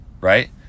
right